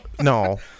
No